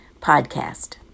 podcast